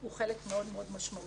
הוא חלק מאוד מאוד משמעותי.